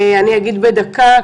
אני אגיד בדקה,